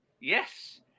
Yes